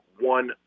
one